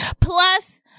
Plus